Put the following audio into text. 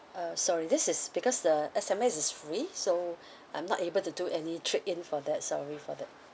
uh sorry this is because the S_M_S is free so I'm not able to do any trade in for that sorry for that